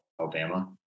Alabama